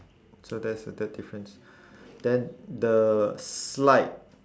so that's the third difference then the slide